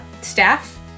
staff